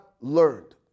learned